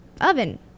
oven